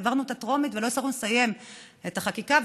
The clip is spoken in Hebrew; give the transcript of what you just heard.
העברנו אותה בטרומית ולא הצלחנו לסיים את החקיקה,